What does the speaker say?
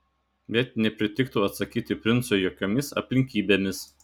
bet nepritiktų atsakyti princui jokiomis aplinkybėmis